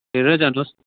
हेरेर जानुहोस्